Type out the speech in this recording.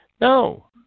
No